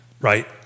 Right